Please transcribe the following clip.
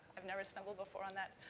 i've never stumbled before on that.